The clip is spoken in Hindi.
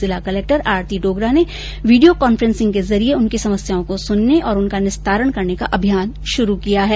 जिला कलक्टर आरती डोगरा ने विडियो कांफ्रेंसिंग के जरिये उनकी समस्याओं को सुनने और उनका निस्तारण करने का अभियान शुरू किया है